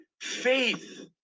faith